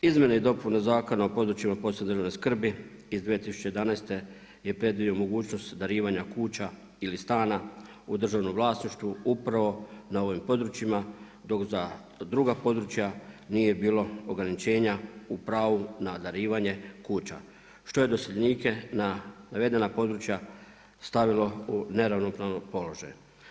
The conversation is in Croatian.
Izmjene i dopuna zakona o područjima posebne državne skrbi iz 2011. je previdio mogućnosti darivanja kuća ili stana u državnom vlasništvu upravo na ovim područjima dok za druga područja nije bilo ograničenja u pravu na darivanje kuća što je doseljenike na navedena područja stavila u neravnopravan položaj.